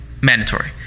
mandatory